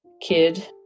kid